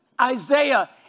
Isaiah